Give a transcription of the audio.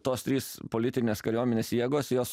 tos trys politinės kariuomenės jėgos jos